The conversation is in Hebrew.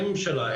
אין ממשלה,